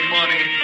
Money